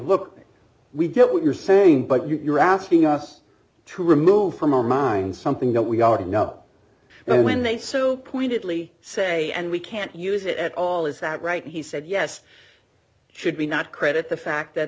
look we don't what you're saying but you're asking us to remove from our minds something that we already know now when they so pointedly say and we can't use it at all is that right he said yes should we not credit the fact that